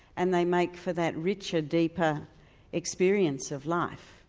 and they make for that richer, deeper experience of life.